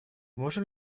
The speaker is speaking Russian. можем